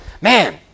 man